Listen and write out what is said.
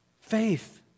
Faith